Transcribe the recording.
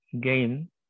gain